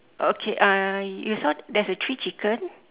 okay uh you saw there's a three chicken